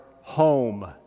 Home